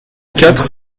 quatre